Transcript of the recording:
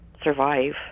survive